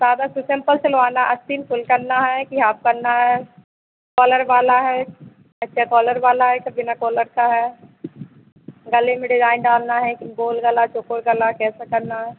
सादा फिर सिम्पल सिलवाना आस्तीन फुल करना है कि हाफ़ करना है कॉलर वाला है अच्छा कॉलर वाला है कि बिना कॉलर का है गले में डिज़ाइन डालना है कि गोल गला चौकोर गला कैसा करना है